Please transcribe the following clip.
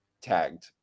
tagged